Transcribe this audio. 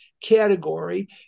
category